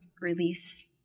release